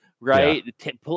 right